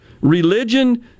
Religion